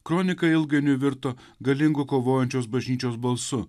kronika ilgainiui virto galingu kovojančios bažnyčios balsu